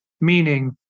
Meaning